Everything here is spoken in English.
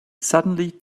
suddenly